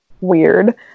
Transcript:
weird